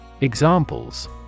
Examples